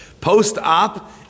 post-op